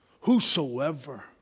whosoever